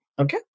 okay